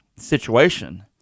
situation